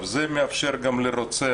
זה מאפשר גם למי שניסה לרצוח: